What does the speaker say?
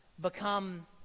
become